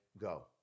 go